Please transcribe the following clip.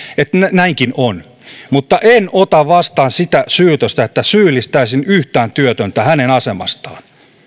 näinkin on mutta en ota vastaan sitä syytöstä että syyllistäisin yhtään työtöntä hänen asemastaan